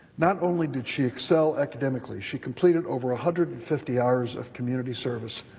not only did she excel academically, she completed over hundred and fifty hours of community service.